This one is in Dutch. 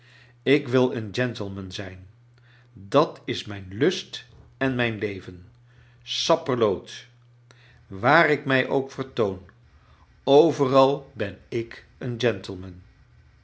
ik wil een gentleman zijn dat is mijn lust en mrjn leven sapperlooti waar ik j mij ook vertoon overal ben ik een i gentleman